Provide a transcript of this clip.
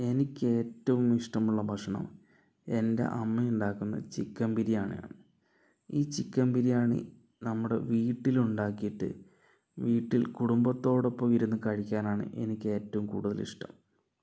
എനിക്ക് ഏറ്റവും ഇഷ്ടമുള്ള ഭക്ഷണം എൻ്റെ അമ്മയുണ്ടാക്കുന്ന ചിക്കൻ ബിരിയാണി ആണ് ഈ ചിക്കൻ ബിരിയാണി നമ്മുടെ വീട്ടിലുണ്ടാക്കിയിട്ട് വീട്ടിൽ കുടുംബത്തോടൊപ്പം ഇരുന്ന് കഴിക്കാനാണ് എനിക്ക് ഏറ്റവും കൂടുതൽ ഇഷ്ടം